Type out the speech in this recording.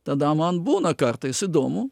tada man būna kartais įdomu